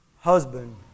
husband